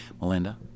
Melinda